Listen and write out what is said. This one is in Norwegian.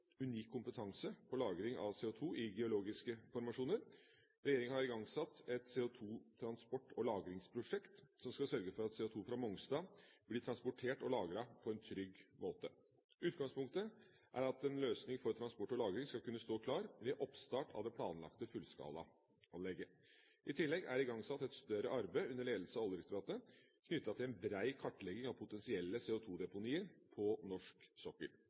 unik kompetanse på lagring av CO2 i geologiske formasjoner. Regjeringa har igangsatt et CO2-transport- og lagringsprosjekt som skal sørge for at CO2 fra Mongstad blir transportert og lagret på en trygg måte. Utgangspunktet er at en løsning for transport og lagring skal kunne stå klar ved oppstart av det planlagte fullskalarenseanlegget. I tillegg er det igangsatt et større arbeid under ledelse av Oljedirektoratet, knyttet til en brei kartlegging av potensielle CO2-deponier på norsk sokkel.